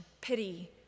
pity